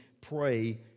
pray